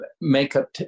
makeup